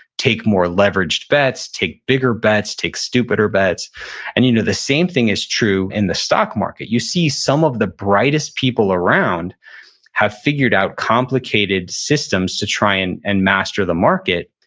take more leveraged bets, take bigger bets, take stupider bets and you know the same thing is true in the stock market. you see some of the brightest people around have figured out complicated systems to try and and master the market,